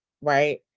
right